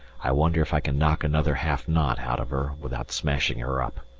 i wonder if i can knock another half-knot out of her without smashing her up.